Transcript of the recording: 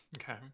Okay